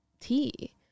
tea